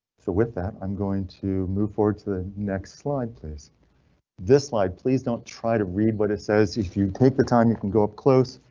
so with that i'm going to move forward to the next slide. please this slide. please don't try to read what it says. if you take the time you can go up close.